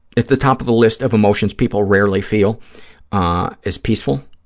at the top of the list of emotions people rarely feel ah is peaceful,